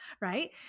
right